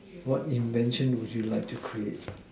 what invention would you like to create